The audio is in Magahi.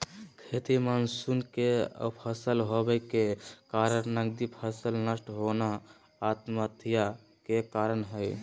खेती मानसून के असफल होबय के कारण नगदी फसल नष्ट होना आत्महत्या के कारण हई